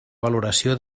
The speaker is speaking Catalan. valoració